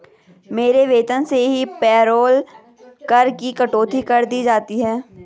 मेरे वेतन से ही पेरोल कर की कटौती कर दी जाती है